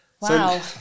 Wow